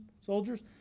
soldiers